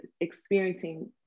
experiencing